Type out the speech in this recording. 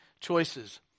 choices